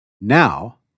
Now